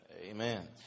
amen